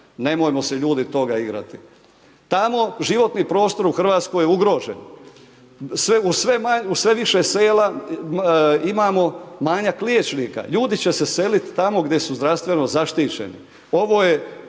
Nemojmo se ljudi toga igrati. Životni prostor u Hrvatskoj je ugrožen. Uz sve više sela imamo manjak liječnika. Ljudi će se selit tamo gdje su zdravstveno zaštićeni. Ovo je